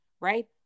right